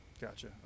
Gotcha